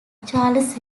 charles